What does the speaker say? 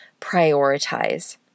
prioritize